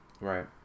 Right